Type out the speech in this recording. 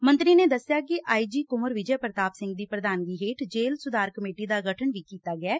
ਮੰਤਰੀ ਨੇ ਦਸਿਆ ਕਿ ਆਈ ਜੀ ਕੁੰਵਰ ਵਿਜੈ ਪ੍ਰਤਾਪ ਸਿੰਘ ਦੀ ਪ੍ਰਧਾਨਗੀ ਹੇਠ ਜੇਲੁਂ ਸੁਧਾਰ ਕਮੇਟੀ ਦਾ ਗਠਨ ਵੀ ਕੀਤਾ ਗਿਐ